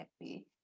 happy